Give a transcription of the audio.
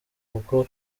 kuko